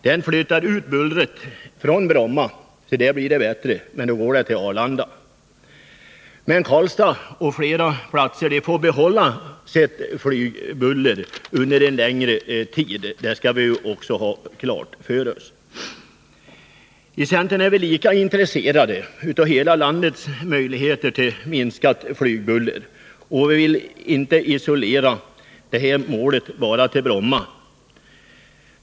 Den föreslår att bullret skall flyttas ut från Bromma — där blir det bättre till Arlanda. Men Karlstad och flera andra platser får behålla det nuvarande flygbullret under en längre tid. Det skall vi ha klart för oss. I centern är vi intresserade av att man i alla delar av landet får ett minskat flygbuller — vi vill alltså inte begränsa detta till Bromma.